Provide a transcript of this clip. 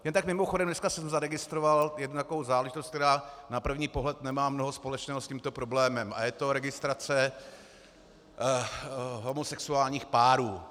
Jen tak mimochodem, dneska jsem zaregistroval jednu takovou záležitost, která na první pohled nemá mnoho společného s tímto problémem, a je to registrace homosexuálních párů.